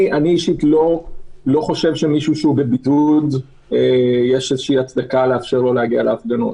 אני אישית לא חושב שיש הצדקה לאפשר למי שבבידוד להגיע להפגנות.